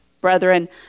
brethren